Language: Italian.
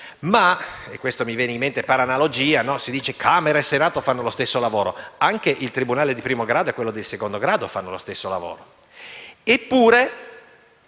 tal proposito, mi viene qui in mente un'analogia: si dice che Camera e Senato fanno lo stesso lavoro; bene, anche il tribunale di primo grado e quello di secondo grado fanno lo stesso lavoro, eppure,